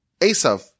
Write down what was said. Asaph